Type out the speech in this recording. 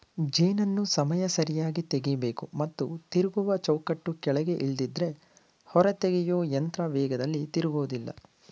ಜೇನನ್ನು ಸಮಯ ಸರಿಯಾಗಿ ತೆಗಿಬೇಕು ಮತ್ತು ತಿರುಗುವ ಚೌಕಟ್ಟು ಕೆಳಗೆ ಇಲ್ದಿದ್ರೆ ಹೊರತೆಗೆಯೊಯಂತ್ರ ವೇಗದಲ್ಲಿ ತಿರುಗೋದಿಲ್ಲ